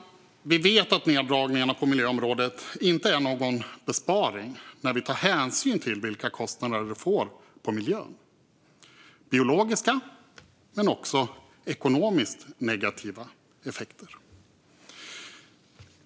Vi vet att neddragningarna på miljöområdet inte är någon besparing när vi tar hänsyn till vilka kostnader det får för miljön. Det gäller biologiska effekter men också ekonomiskt negativa effekter.